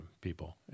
people